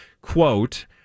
quote